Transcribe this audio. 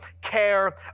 care